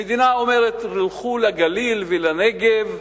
המדינה אומרת: לכו לגליל ולנגב.